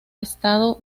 estado